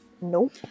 Nope